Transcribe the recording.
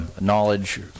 knowledge